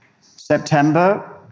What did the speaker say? September